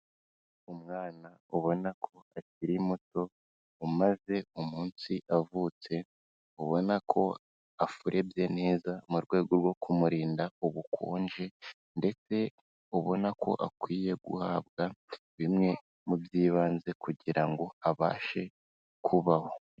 Umwana ubona ko akiri muto, umaze umunsi avutse, ubona ko afurebye neza mu rwego rwo kumurinda ubukonje ndetse ubona ko akwiye guhabwa bimwe mu by'ibanze kugira ngo abashe kubaho.